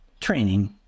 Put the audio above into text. training